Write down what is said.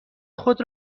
خود